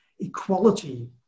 equality